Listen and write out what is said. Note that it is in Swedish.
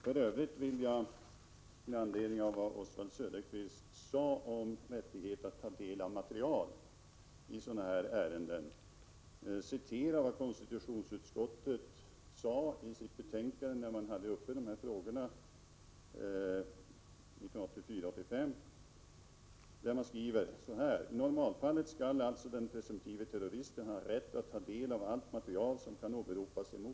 För övrigt vill jag, med anledning av vad Oswald Söderqvist sade om rätten att ta del av materialet i ett sådant här ärende, återge vad konstitutionsutskottet skrev i sitt betänkande 1984/85:35 när utskottet hade uppe dessa frågor. I normalfallet skall alltså den presumtive terroristen ha rätt att ta del av allt material som kan åberopas mot honom.